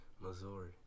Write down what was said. Missouri